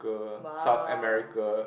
bow